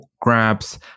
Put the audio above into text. grabs